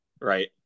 right